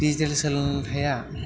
digital सोलोंथाइआ